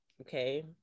Okay